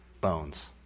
bones